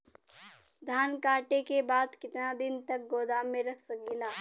धान कांटेके बाद कितना दिन तक गोदाम में रख सकीला?